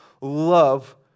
love